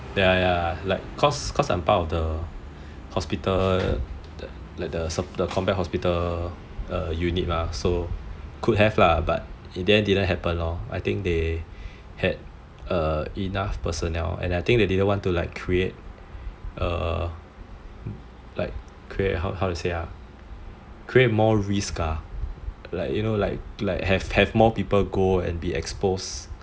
ya ya cause I'm part of the hospital the combat hospital unit mah so could have lah but in the end didn't happen lor they had enough personnel and I think they didn't want to like create more risk you know like to like have more people go and be exposed